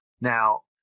Now